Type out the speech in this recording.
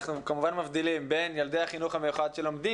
אנחנו כמובן מבדילים בין ילדי החינוך המיוחד שלומדים